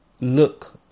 look